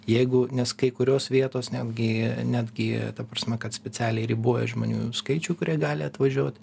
jeigu nes kai kurios vietos netgi netgi ta prasme kad specialiai riboja žmonių skaičių kurie gali atvažiuot